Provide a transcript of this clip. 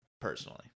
personally